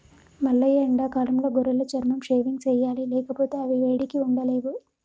మల్లయ్య ఎండాకాలంలో గొర్రెల చర్మం షేవింగ్ సెయ్యాలి లేకపోతే అవి వేడికి ఉండలేవు